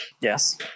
Yes